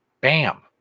bam